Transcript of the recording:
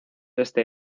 este